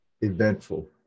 eventful